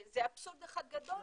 זה אבסורד אחד גדול בעידן המתקדם.